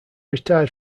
retired